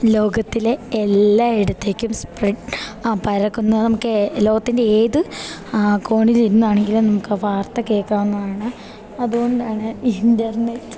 ലോകത്തിലെ എല്ലാ ഇടത്തേയ്ക്കും സ്പ്രെഡ് ആ പരക്കുന്നു നമുക്ക് ലോകത്തിൻ്റെ ഏത് കോണിൽ ഇരുന്നാണെങ്കിലും നമുക്ക് ആ വാർത്ത കേൾക്കാവുന്നാണ് അതുകൊണ്ടാണ് ഇൻ്റർനെറ്റ്